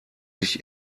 sich